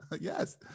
Yes